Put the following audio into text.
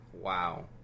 Wow